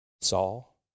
Saul